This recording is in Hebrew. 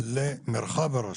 למרחב הרשות,